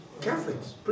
Catholics